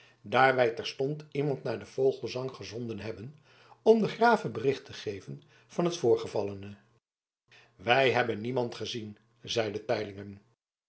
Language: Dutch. wij terstond iemand naar den vogelesang gezonden hebben om den grave bericht te geven van het voorgevallene wij hebben niemand gezien zeide teylingen